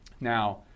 now